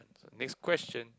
next question